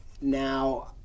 Now